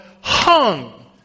hung